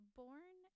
born